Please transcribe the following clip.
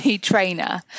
trainer